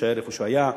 יישאר במקום שהוא היה,